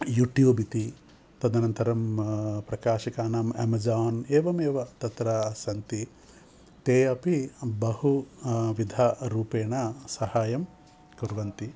YouTube इति तदनन्तरं प्राकाशिकानाम् अमेजान् एवमेव तत्र सन्ति ते अपि बहु विधरूपेण सहायं कुर्वन्ति